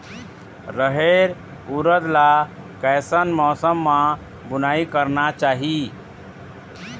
रहेर उरद ला कैसन मौसम मा बुनई करना चाही?